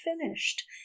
finished